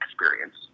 experience